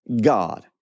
God